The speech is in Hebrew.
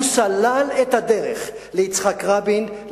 הוא סלל את הדרך ליצחק רבין,